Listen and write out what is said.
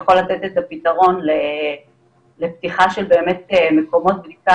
יכול לתת את הפתרון לפתיחה של מקומות בדיקה